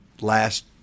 last